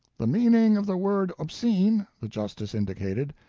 the meaning of the word obscene, the justice indicated,